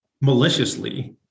maliciously